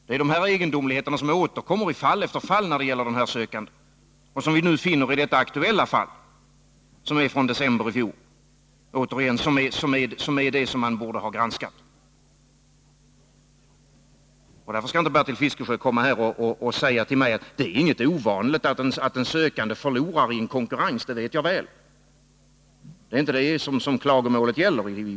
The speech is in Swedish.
Det är sådana egendomligheter som återkommer i fall efter fall när det gäller den här sökanden och som vi finner i detta aktuella fall från december i fjol, vilket är det som borde ha granskats. Därför skallinte Bertil Fiskesjö komma här och säga till mig att det är inget ovanligt att en sökande förlorar i en konkurrens. Nej, det vet jag väl, men det är inte detta klagomålet gäller.